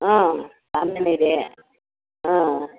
ಹಾಂ ಹಾಂ